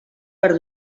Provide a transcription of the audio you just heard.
per